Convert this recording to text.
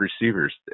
receivers